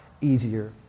easier